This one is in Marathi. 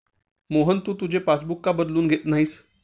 मोहन, तू तुझे पासबुक का बदलून घेत नाहीस?